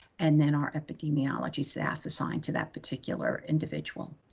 and then our epidemiology staff assigned to that particular individual.